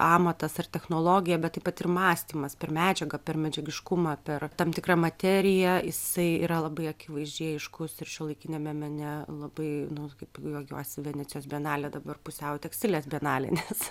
amatas ar technologija bet taip pat ir mąstymas per medžiagą per medžiagiškumą per tam tikrą materiją jisai yra labai akivaizdžiai aiškus ir šiuolaikiniame mene labai nu kaip juokiuosi venecijos bienalė dabar pusiau tekstilės bienalė nes